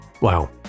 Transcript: Wow